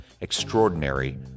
Extraordinary